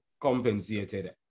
compensated